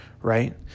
right